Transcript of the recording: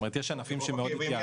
יש ענפים שמאוד התייעלו --- אוקיי,